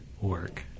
work